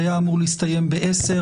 הוא היה אמור להסתיים ב-10:00.